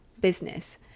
business